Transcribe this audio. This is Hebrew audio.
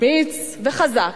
אמיץ וחזק,